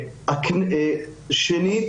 שנית,